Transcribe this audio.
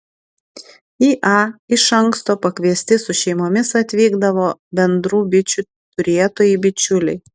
į a iš anksto pakviesti su šeimomis atvykdavo bendrų bičių turėtojai bičiuliai